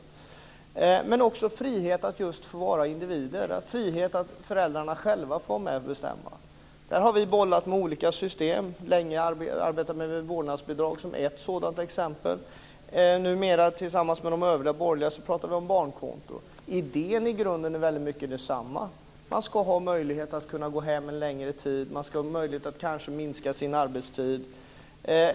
Men man ska också ha frihet att vara individ. Föräldrar ska ha frihet att själva vara med och bestämma. På den punkten har vi bollat med olika system. Länge arbetade vi med vårdnadsbidrag som ett sådant exempel. Numera pratar vi tillsammans med övriga borgerliga partier om barnkonto. Idén är i grunden mycket densamma. Man ska ha möjlighet att gå hemma en längre tid, att kanske minska sin arbetstid.